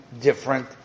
different